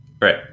Right